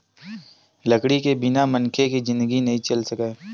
लकड़ी के बिना मनखे के जिनगी नइ चल सकय